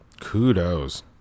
Kudos